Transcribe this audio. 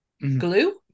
glue